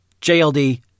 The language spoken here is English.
JLD